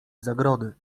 zagrody